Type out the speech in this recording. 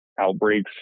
outbreaks